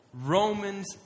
Romans